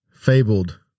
fabled